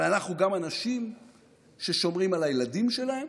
אבל אנחנו גם אנשים ששומרים על הילדים שלהם,